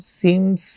seems